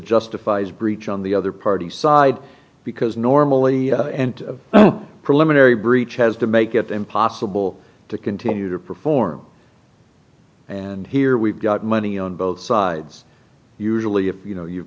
justifies breach on the other party side because normally and a preliminary breach has to make it impossible to continue to perform and here we've got money on both sides usually if you know you've